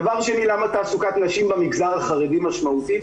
דבר שני, למה תעסוקת נשים במגזר החרדי משמעותית?